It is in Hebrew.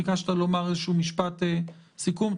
ביקשת לומר משפט סיכום,